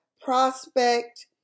prospect